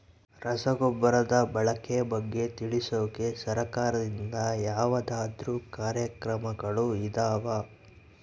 ರಸಗೊಬ್ಬರದ ಬಳಕೆ ಬಗ್ಗೆ ತಿಳಿಸೊಕೆ ಸರಕಾರದಿಂದ ಯಾವದಾದ್ರು ಕಾರ್ಯಕ್ರಮಗಳು ಇದಾವ?